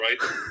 right